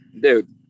Dude